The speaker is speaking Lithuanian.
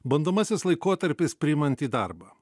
bandomasis laikotarpis priimant į darbą